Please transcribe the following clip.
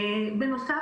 בנוסף,